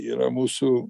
yra mūsų